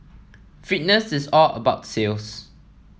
fitness is all about sales